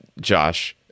Josh